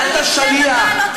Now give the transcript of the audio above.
אתה שליח.